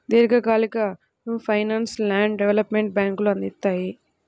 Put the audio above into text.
దీర్ఘకాలిక ఫైనాన్స్ను land development బ్యేంకులు అందిత్తాయి